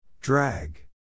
Drag